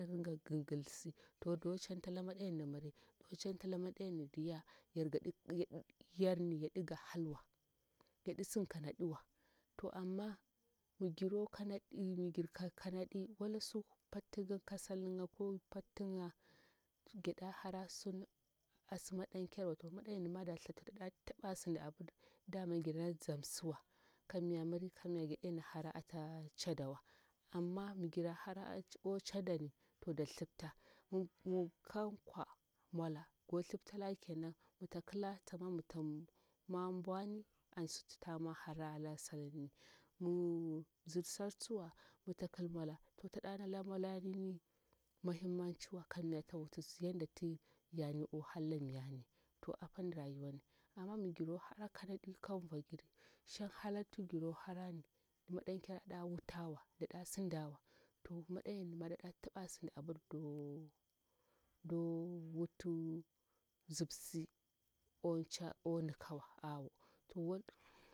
Kada dingan gilgilsi to do cantala maɗayar na miri do cantala madayar ni diya yarni yaɗiga halwa yarɗisin kana ɗiwa to amma migiro kanadi migir ka kanaɗi wala su pattigir kasalga ko pattiga giɗa hara asi maɗankirwa to madayarnima to thati daɗa taɓa sinda abir gina zamsiwa kamya mira kamya gir ɗe na hara atancadawa amma migira hara ancadawa amma migira hara ancanda to da thipta migika mola ga thipta la kenan mita kila tsama mita mo'ambwani a sunatita mohara ala salni mi bzir saltsuwa to taɗa nala molani muhimmanciwa kamya tsawutu lokti bibani ohalla miyani to ahan rayuwanni amma migiro harakanaɗi kanvogir shan hala natu giro hara ni maɗankir ada wutawa ɗaɗa sindawa to maɗayarnima daɗataɓa sindi abir do, do wutu zibsi onikawa awo.